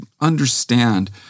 understand